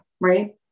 right